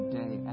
day